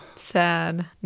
sad